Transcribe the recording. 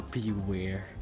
Beware